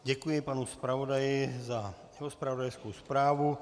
Děkuji panu zpravodaji za zpravodajskou zprávu.